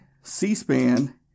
C-SPAN